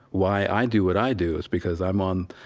why i do what i do is because i'm on